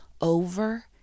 over